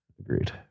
Agreed